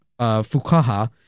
Fukaha